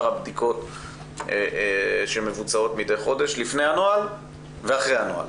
הבדיקות שמבוצעות מדי חודש לפני הנוהל ואחרי הנוהל.